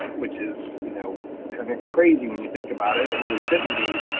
which is you know kind of crazy when you think about it it really shouldn't be,